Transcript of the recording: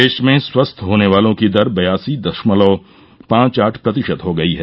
देश में स्वस्थ होने वालों की दर बयासी दशमलव पांच आठ प्रतिशत हो गई है